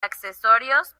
accesorios